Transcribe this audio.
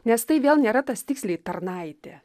nes tai vėl nėra tas tiksliai tarnaitė